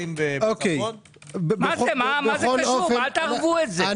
אל תערבו את זה.